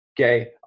okay